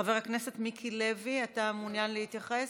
חבר הכנסת מיקי לוי, אתה מעוניין להתייחס?